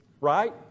right